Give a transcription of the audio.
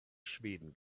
schweden